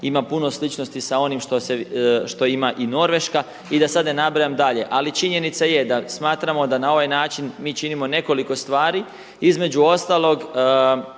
ima puno sličnosti sa onim što se, što ima i Norveška i da sada ne nabrajam dalje. Ali činjenica je da smatramo da na ovaj način mi činimo nekoliko stvari. Između ostalog